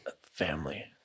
Family